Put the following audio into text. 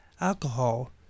alcohol